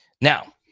Now